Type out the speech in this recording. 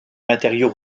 matériaux